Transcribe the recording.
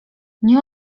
nie